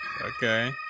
Okay